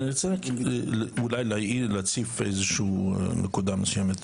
אני רוצה להציף נקודה מסוימת,